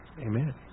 Amen